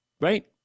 Right